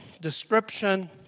description